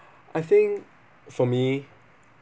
I think for me